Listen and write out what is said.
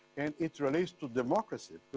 and it relates to democracy.